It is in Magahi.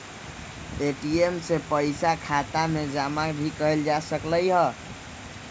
ए.टी.एम से पइसा खाता में जमा भी कएल जा सकलई ह